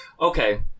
okay